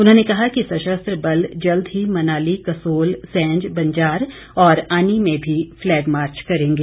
उन्होंने कहा कि सशस्त्र बल जल्द ही मनाली कसोल सैंज बंजार और आनी में भी फ्लैग मार्च करेंगे